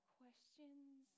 questions